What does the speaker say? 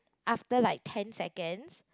after like ten seconds